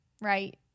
right